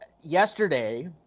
yesterday